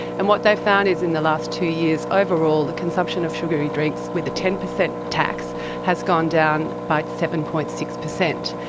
and what they've found is in the last two years overall the consumption of sugary drinks with a ten percent tax has gone down by seven. six percent,